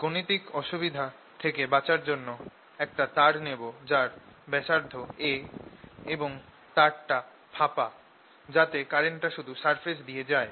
গাণিতিক অসুবিধা থেকে বাঁচার জন্য একটা তার নেব যার ব্যাসার্ধ a এবং তারটা ফাঁপা যাতে কারেন্টটা শুধু সারফেস দিয়ে যায়